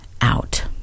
out